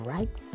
Right